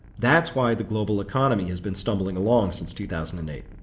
that's why the global economy has been stumbling along since two thousand and eight.